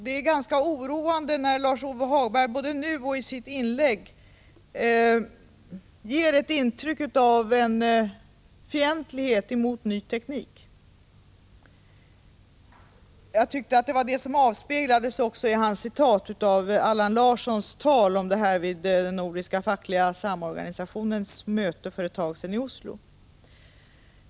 Det är ganska oroande när Lars-Ove Hagberg både nu och i sitt tidigare inlägg ger ett intryck av fientlighet mot ny teknik. Jag tycker att detta också avspeglades när han citerade det tal Allan Larsson höll vid den nordiska fackliga samorganisationens möte för ett tag sedan i Oslo.